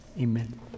Amen